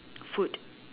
food